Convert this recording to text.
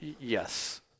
yes